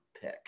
pick